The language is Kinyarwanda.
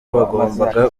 bagombaga